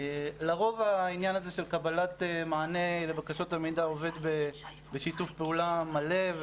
לרוב העניין של קבלת מענה לבקשות על מידע עובד בשיתוף פעולה מלא,